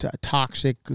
toxic